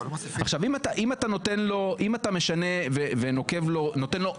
עכשיו אם אתה משנה ונותן לו סגן,